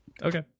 Okay